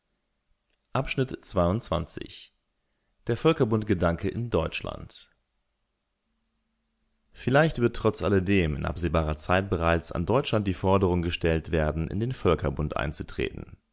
volks-zeitung der völkerbundgedanke in deutschland vielleicht wird trotz alledem in absehbarer zeit bereits an deutschland die forderung gestellt werden in den völkerbund einzutreten